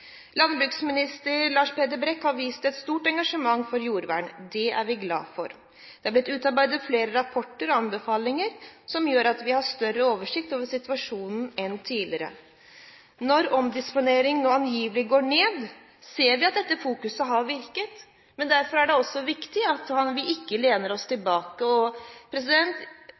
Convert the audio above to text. Landbruksminister Lars Peder Brekk har vist et stort engasjement for jordvern. Det er vi glad for. Det er blitt utarbeidet flere rapporter og anbefalinger, som gjør at vi har større oversikt over situasjonen enn tidligere. Når omdisponeringen nå angivelig går ned, ser vi at fokuseringen på dette har virket. Derfor er det også viktig at vi ikke lener oss tilbake.